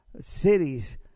cities